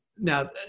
Now